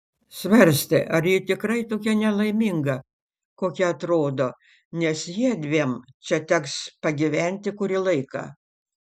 svarstė ar ji tikrai tokia nelaiminga kokia atrodo nes jiedviem čia teks pagyventi kurį laiką